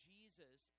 Jesus